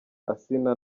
asinah